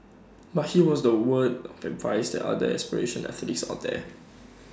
but he was the word of advice other aspirition athletes out there